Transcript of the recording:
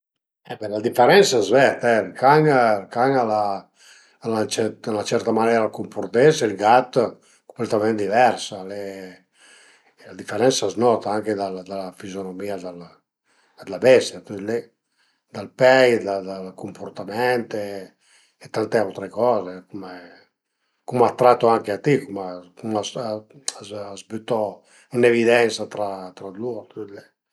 Beh, la diferensa a s'ved, ën can ën can al a 'na certa manera dë cumpurtese, ël gat cumpletament diversa, la diferensa a s'nota anche da la fizionomìa d'la bestia, tüt li, dal pei, dal cumpurtament e tante autre coze, anche cum a të tratu anche a ti, cum a s'bütu ën evidensa tra lur, tüt li